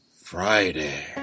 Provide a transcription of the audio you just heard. Friday